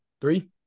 Three